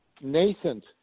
nascent